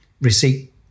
receipt